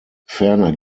ferner